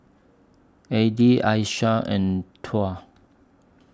Adi Aisyah and Tuah